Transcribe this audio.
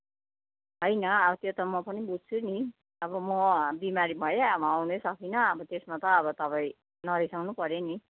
होइन अब त्यो त म पनि बुझ्छु नि अब म बिमारी भएँ अब आउनै सकिनँ अब त्यसमा त अब तपाईँ नरिसाउनु पर्यो नि